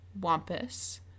wampus